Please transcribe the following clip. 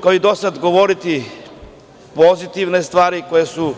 Kao i do sada, govoriću pozitivne stvari koje su